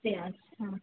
পেঁয়াজ হ্যাঁ